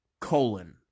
colon